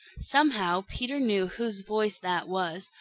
somehow peter knew whose voice that was,